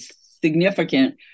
significant